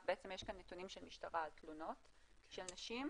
אז יש כאן נתונים של המשטרה על תלונות של נשים.